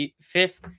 fifth